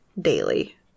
daily